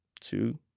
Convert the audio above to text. Two